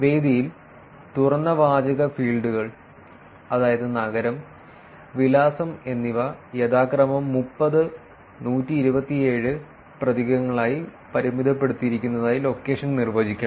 വേദിയിൽ തുറന്ന വാചക ഫീൽഡുകൾ അതായത് നഗരം വിലാസം എന്നിവ യഥാക്രമം 30 127 പ്രതീകങ്ങളായി പരിമിതപ്പെടുത്തിയിരിക്കുന്നതായി ലൊക്കേഷൻ നിർവ്വചിക്കണം